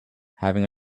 having